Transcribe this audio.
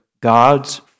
God's